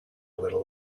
little